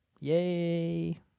Yay